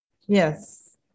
Yes